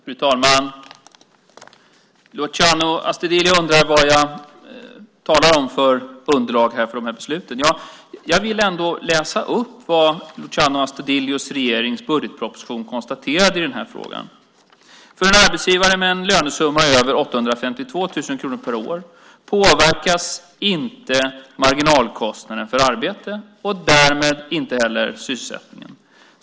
Fru talman! Luciano Astudillo undrar vad jag har för underlag för de här besluten. Jag vill ändå läsa upp vad Luciano Astudillos regering i sin budgetproposition konstaterade i den här frågan: För en arbetsgivare med en lönesumma över 852 000 kronor per år påverkas inte marginalkostnaden för arbete och därmed inte heller sysselsättningen.